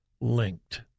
linked